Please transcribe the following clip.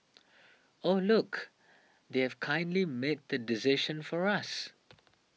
oh look they've kindly made the decision for us